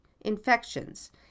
infections